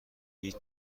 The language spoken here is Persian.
هیچ